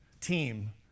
team